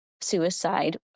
suicide